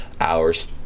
hours